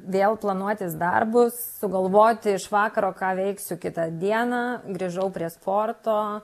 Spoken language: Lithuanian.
vėl planuotis darbus sugalvoti iš vakaro ką veiksiu kitą dieną grįžau prie sporto